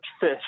fish